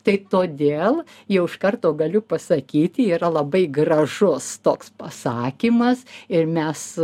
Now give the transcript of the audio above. tai todėl jau iš karto galiu pasakyti yra labai gražus toks pasakymas ir mes